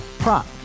Prop